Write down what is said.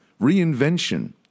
reinvention